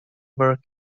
were